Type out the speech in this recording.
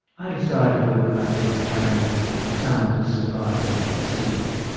i decided we were going to obtain some of the survivors' seeds.